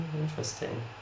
interesting